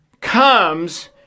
comes